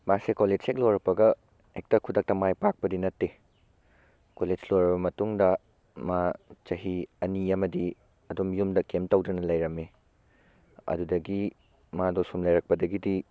ꯃꯥꯁꯦ ꯀꯣꯂꯦꯖ ꯍꯦꯛ ꯂꯣꯏꯔꯛꯄꯒ ꯍꯦꯛꯇ ꯈꯨꯗꯛꯇ ꯃꯥꯏ ꯄꯥꯛꯄꯗꯤ ꯅꯠꯇꯦ ꯀꯣꯂꯦꯖ ꯂꯣꯏꯔꯕ ꯃꯇꯨꯡꯗ ꯃꯥ ꯆꯍꯤ ꯑꯅꯤ ꯑꯃꯗꯤ ꯑꯗꯨꯝ ꯌꯨꯝꯗ ꯀꯔꯤꯝ ꯇꯧꯗꯅ ꯂꯩꯔꯝꯃꯤ ꯑꯗꯨꯗꯒꯤ ꯃꯥꯗꯣ ꯁꯨꯝ ꯂꯩꯔꯛꯄꯗꯒꯤꯗꯤ